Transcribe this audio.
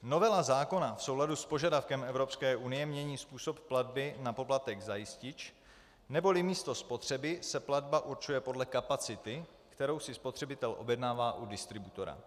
Novela zákona v souladu s požadavkem Evropské unie mění způsob platby na poplatek za jistič, neboli místo spotřeby se platba určuje podle kapacity, kterou si spotřebitel objednává u distributora.